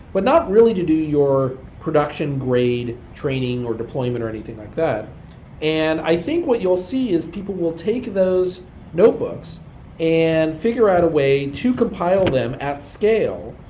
not really to do your production grade training, or deployment, or anything like that and i think what you'll see is people will take those notebooks and figure out a way to compile them at scale,